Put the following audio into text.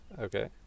Okay